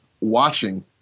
watching